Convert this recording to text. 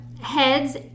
heads